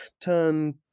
turn